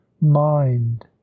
mind